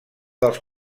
dels